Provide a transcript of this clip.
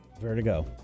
Vertigo